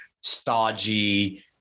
stodgy